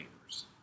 neighbors